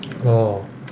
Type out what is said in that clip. orh